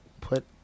put